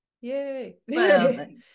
yay